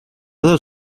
del